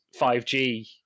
5g